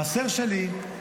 מעשר שלי,